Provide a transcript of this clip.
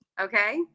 Okay